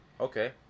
Okay